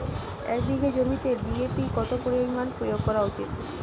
এক বিঘে জমিতে ডি.এ.পি কত পরিমাণ প্রয়োগ করা উচিৎ?